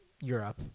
europe